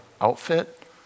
outfit